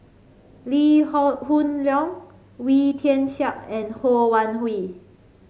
Lee Hoon Leong Wee Tian Siak and Ho Wan Hui